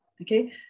okay